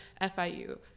FIU